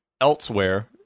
elsewhere